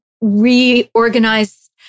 reorganize